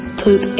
poop